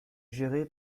géré